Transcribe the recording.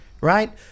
right